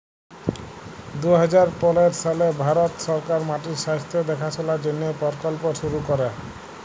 দু হাজার পলের সালে ভারত সরকার মাটির স্বাস্থ্য দ্যাখাশলার জ্যনহে পরকল্প শুরু ক্যরে